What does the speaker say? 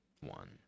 one